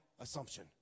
assumption